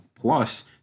plus